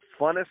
funnest